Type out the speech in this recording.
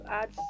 add